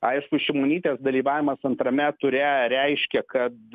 aišku šimonytės dalyvavimas antrame ture reiškia kad